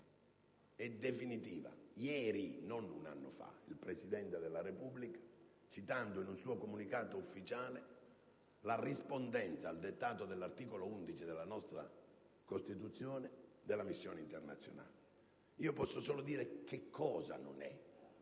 e definitiva ieri (non un anno fa) il Presidente della Repubblica, citando in un suo comunicato ufficiale la rispondenza al dettato dell'articolo 11 della nostra Costituzione della missione internazionale. Io posso solo dire cosa non è